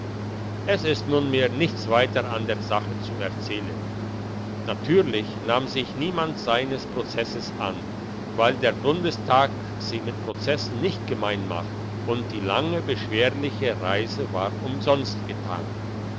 es ist nunmehr nichts weiter an der sache zu erzählen natürlich nahm sich niemand seines prozesses an weil der bundestag sich mit prozessen nicht gemein macht und die lange beschwerliche reise war umsonst getan